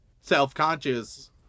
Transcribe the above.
self-conscious